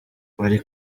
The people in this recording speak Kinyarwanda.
ari